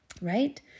right